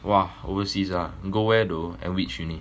!wah! overseas ah go where though at which uni